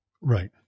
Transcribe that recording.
right